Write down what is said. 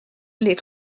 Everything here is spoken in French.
les